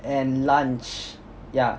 and lunch yeah